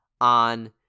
on